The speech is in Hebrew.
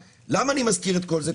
למה אני מזכיר את כל זה?